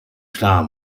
klar